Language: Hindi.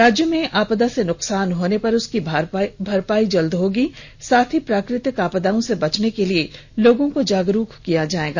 राज्य में आपदा से नुकसान होने पर उसकी भरपाई जल्द होगी साथ ही प्राकृतिक आपदाओं से बचने के लिए लोगों को जागरूक किया जायेगा